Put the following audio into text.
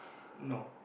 no